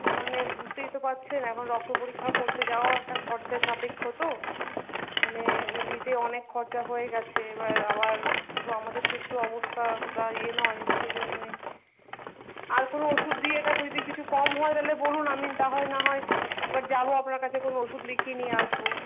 ও মানে বুঝতেই তো পারছেন এখন রক্ত পরীক্ষা করতে যাওয়াও একটা খরচা সাপেক্ষ তো মানে এমনিতেই অনেক খরচা হয়ে গেছে এবার আবার তো আমাদের তো একটু অবস্থা অতটা ইয়ে নয় সেইজন্যই আর কোনো ওষুধ দিয়ে এটাকে যদি কিছু কম হয় তাহলে বলুন আমি তা হয় না হয় একবার যাবো আপনার কাছে কোন ওষুধ লিখিয়ে নিয়ে আসবো